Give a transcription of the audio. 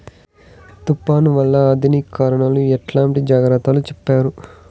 తుఫాను వల్ల అధికారులు ఎట్లాంటి జాగ్రత్తలు చెప్తారు?